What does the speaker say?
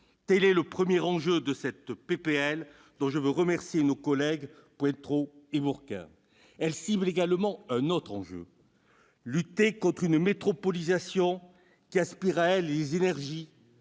Tel est le premier enjeu de cette proposition de loi, dont je veux remercier nos collègues Pointereau et Bourquin. Ce texte cible également un autre enjeu : la lutte contre une métropolisation qui aspire à elle les énergies,